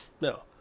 No